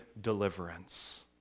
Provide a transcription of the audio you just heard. deliverance